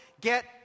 get